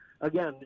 again